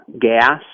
gas